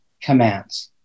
commands